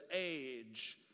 age